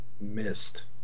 missed